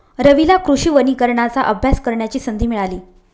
रवीला कृषी वनीकरणाचा अभ्यास करण्याची संधी मिळाली